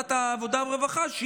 ועדת העבודה והרווחה,